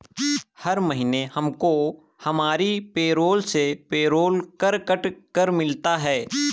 हर महीने हमको हमारी पेरोल से पेरोल कर कट कर मिलता है